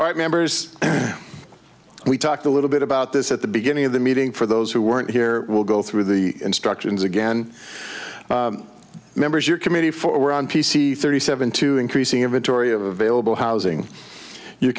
right members we talked a little bit about this at the beginning of the meeting for those who weren't here will go through the instructions again members your committee for were on p c thirty seven to increasing of atory of available housing you